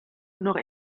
nur